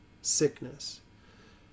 sickness